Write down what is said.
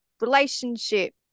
relationship